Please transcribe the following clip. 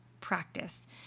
practice